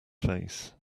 face